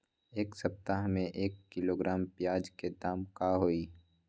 एक सप्ताह में एक किलोग्राम प्याज के दाम का होई?